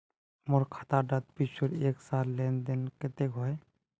मोर खाता डात पिछुर एक सालेर लेन देन कतेक होइए?